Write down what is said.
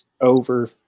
over